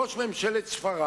ראש ממשלת איטליה, ראש ממשלת ספרד